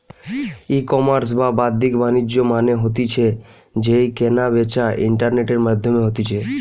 ecommerce বা বাদ্দিক বাণিজ্য মানে হতিছে যেই কেনা বেচা ইন্টারনেটের মাধ্যমে হতিছে